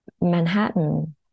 Manhattan